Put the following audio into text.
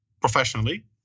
professionally